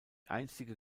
einstige